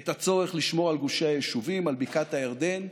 את הצורך לשמור על גושי היישובים, על בקעת הירדן,